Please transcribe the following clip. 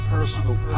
personal